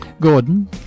Gordon